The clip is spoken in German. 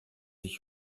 ich